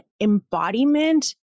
embodiment